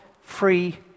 free